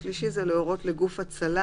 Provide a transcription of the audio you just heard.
(3)להורות לגוף הצלה